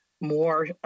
more